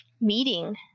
meeting